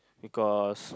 because